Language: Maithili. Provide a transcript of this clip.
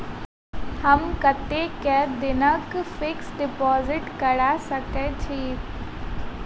हम कतेक दिनक फिक्स्ड डिपोजिट करा सकैत छी?